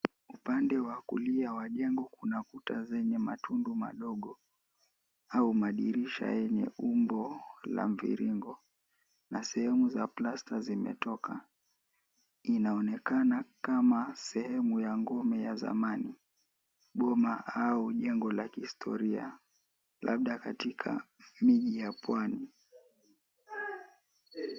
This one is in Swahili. Upande wa kulia wa jengo kuna kuta zenye matundu madogo au madirisha yenye umbo la mviringo na sehemu za plasta zimetoka inaonekana kama sehemu ya ngome ya zamani boma au jengo la kihistoria labda katika miji ya pwani.